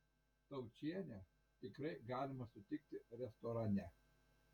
taučienę tikrai galima sutikti restorane